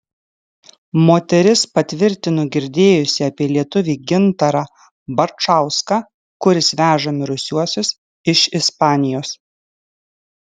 moteris patvirtino girdėjusi apie lietuvį gintarą barčauską kuris veža mirusiuosius iš ispanijos